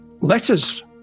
letters